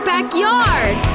backyard